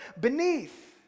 beneath